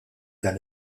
dan